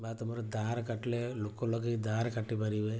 ବା ତମର ଦାଆରେ କାଟିଲେ ଲୋକ ଲଗାଇ ଦାଆରେ କାଟିପାରିବେ